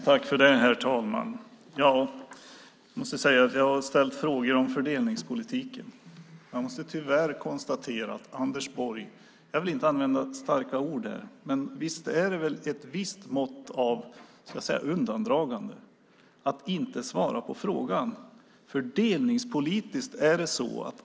Herr talman! Jag har ställt frågor om fördelningspolitiken. Jag vill inte använda starka ord här, men visst är det väl ett visst mått av undandragande att inte svara på frågan?